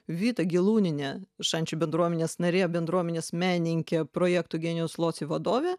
vita gelūnienė šančių bendruomenės narė bendruomenės menininkė projekto genius loci vadovė